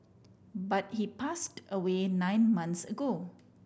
but he passed away nine months ago